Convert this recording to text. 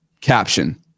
caption